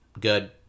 good